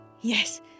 Yes